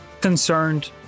concerned